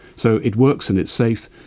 so it works and it's safe,